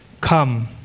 come